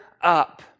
up